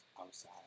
outside